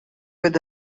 with